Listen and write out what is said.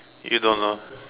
you don't know